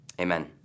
Amen